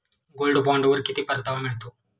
Gold बॉण्डवर किती परतावा मिळतो?